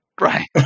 Right